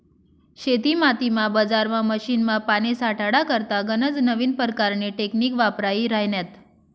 शेतीमातीमा, बजारमा, मशीनमा, पानी साठाडा करता गनज नवीन परकारनी टेकनीक वापरायी राह्यन्यात